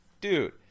Dude